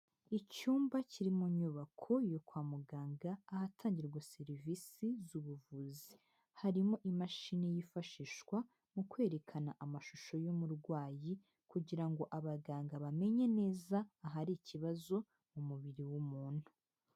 Icyumba kiri mu nyubako yo kwa muganga, ahatangirwa serivisi z'ubuvuzi, harimo imashini yifashishwa mu kwerekana amashusho y'umurwayi kugira ngo abaganga bamenye neza ahari ikibazo mu mubiri w'umuntu.